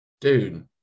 dude